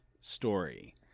story